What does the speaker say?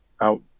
out